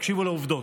תקשיבו לעובדות.